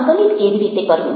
સંકલિત કેવી રીતે કરવું